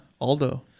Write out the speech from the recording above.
Aldo